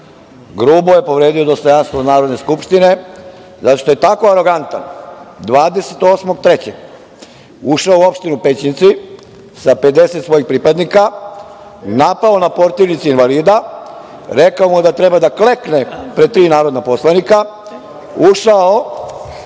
Grubo je povredio dostojanstvo Narodne skupštine zato što je tako arogantan 28. marta ušao u Opštinu Pećinci sa 50 svojih pripadnika, napao na portirnici invalida, rekao mu da treba da klekne pred tri narodna poslanika. Ušao